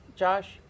Josh